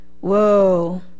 whoa